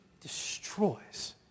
destroys